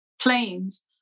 planes